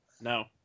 No